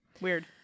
Weird